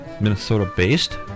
Minnesota-based